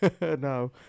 No